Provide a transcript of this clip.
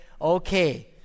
okay